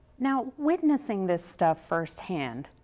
now, witnessing this stuff firsthand,